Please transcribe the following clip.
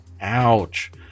Ouch